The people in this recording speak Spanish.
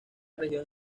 región